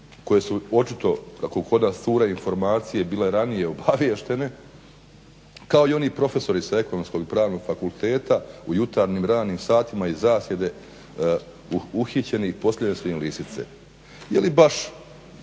koje su očito kako kod nas cure informacije, bile ranije obaviještene, kao i oni profesori sa Ekonomskog i Pravnog fakulteta u jutarnjim ranim satima iz zasjede uhićeni i postavljene su im lisice.